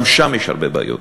גם שם יש הרבה בעיות.